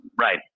right